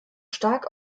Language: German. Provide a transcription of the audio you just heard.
stark